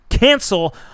cancel